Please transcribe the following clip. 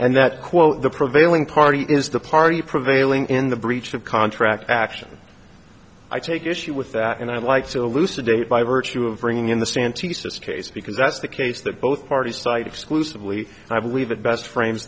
and that quote the prevailing party is the party prevailing in the breach of contract action i take issue with that and i'd like to loose a date by virtue of bringing in the stance he says taste because that's the case that both parties cite exclusively i believe it best frames